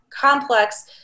complex